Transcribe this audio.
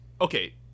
Okay